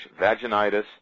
vaginitis